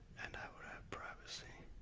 and i would have privacy.